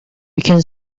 can